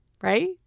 right